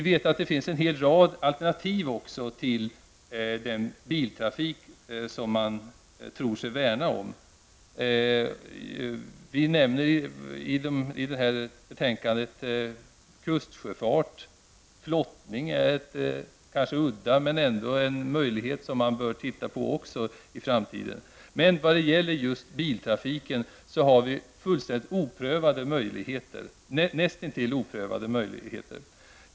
Det finns ju en hel rad alternativ till den biltrafik som man tror sig värna om. Som framgår av betänkandet nämner vi kustsjöfarten. Flottningen är kanske ett udda alternativ. Men flottningen är ändå en möjlighet som man bör titta på i framtiden. När det gäller just biltrafiken finns det också näst intill oprövade möjligheter.